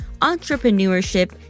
entrepreneurship